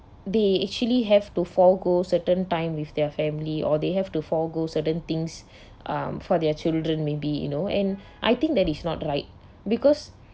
they actually have to forgo certain time with their family or they have to forgo certain things um for their children maybe you know and I think that is not right because